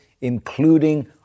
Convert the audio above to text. including